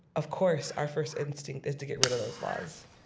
of course our first instinct is to get rid of those laws,